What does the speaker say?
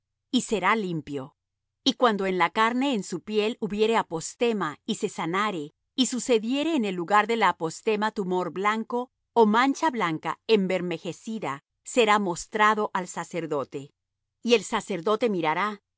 y será limpio y cuando en la carne en su piel hubiere apostema y se sanare y sucediere en el lugar de la apostema tumor blanco ó mancha blanca embermejecida será mostrado al sacerdote y el sacerdote mirará